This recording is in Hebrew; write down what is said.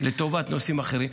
לטובת נושאים אחרים.